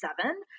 seven